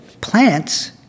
Plants